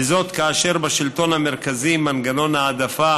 וזאת כאשר בשלטון המרכזי מנגנון ההעדפה